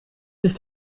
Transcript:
sich